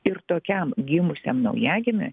ir tokiam gimusiam naujagimiui